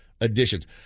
additions